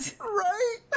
Right